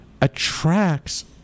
attracts